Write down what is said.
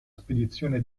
spedizione